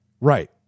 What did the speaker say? right